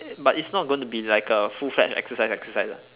but it's not going to be like a full fledged exercise exercise [what]